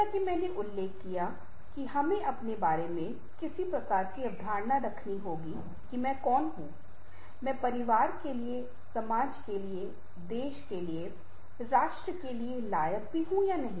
जैसा कि मैंने उल्लेख किया है कि हमें अपने बारे में किसी प्रकार की अवधारणा रखनी होगी की मैं कौन हूं मैं परिवार के लिए समाज के लिए देश के लिए राष्ट्र के लिए भी लायक हूं या नहीं